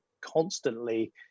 constantly